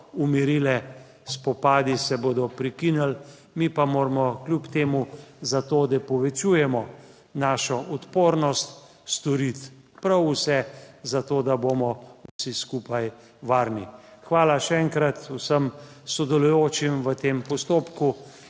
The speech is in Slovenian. umirile, spopadi se bodo prekinili, mi pa moramo kljub temu za to, da povečujemo našo odpornost, storiti prav vse za to, da bomo vsi skupaj varni. Hvala še enkrat vsem sodelujočim v tem postopku,